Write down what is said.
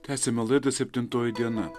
tęsiame laidą septintoji diena